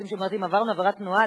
שאומרת: אם עברתם עבירת תנועה,